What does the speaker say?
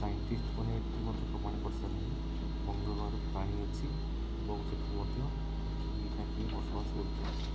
scientist ମାନେ ଏତିକି ମଧ୍ୟ ପ୍ରମାଣ କରିସାରିଲେଣି ମଙ୍ଗଳଗ୍ରହରେ ପାଣି ଅଛି ଏବଂ ସେଇଠି ମଧ୍ୟ କେହି ନା କେହି ବସବାସ କରୁଛନ୍ତି